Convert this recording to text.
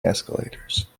escalators